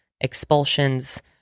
expulsions